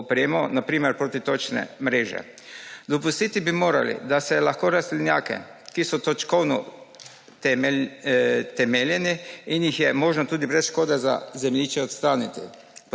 opremo, na primer protitočne mreže. Dopustiti bi morali, da se lahko rastlinjake, ki so točkovno temeljeni in jih je možno tudi brez škode za zemljišče odstraniti,